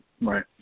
Right